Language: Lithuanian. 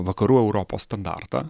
vakarų europos standartą